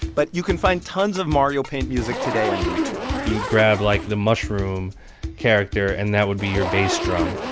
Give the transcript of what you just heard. but you can find tons of mario paint music today on youtube you would grab, like, the mushroom character, and that would be your bass drum.